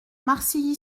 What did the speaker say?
marcilly